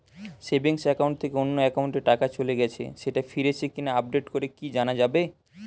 Savings account থেকে অন্য একাউন্টে টাকা চলে গেছে সেটা ফিরেছে কিনা আপডেট করে কি জানা যাবে?